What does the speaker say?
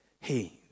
hey